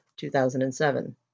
2007